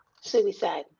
Suicide